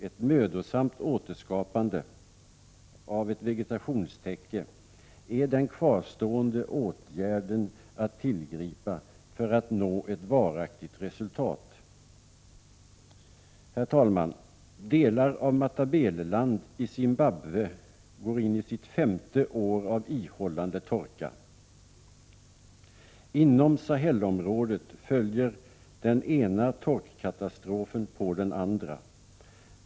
Ett mödosamt återskapande av ett vegetationstäcke är den kvarstående åtgärden att tillgripa för att nå ett varaktigt resultat. Herr talman! Delar av Matabeleland i Zimbabwe går in i sitt femte år av ihållande torka. Inom Sahelområdet följer den ena torkkatastrofen på den andra.